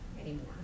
anymore